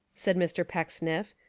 said mr. pecksniff,